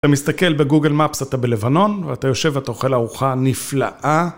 אתה מסתכל בגוגל מאפס, אתה בלבנון, ואתה יושב ואתה אוכל ארוחה נפלאה.